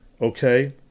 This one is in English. okay